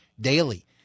daily